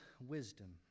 wisdom